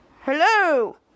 hello